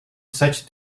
sete